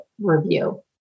review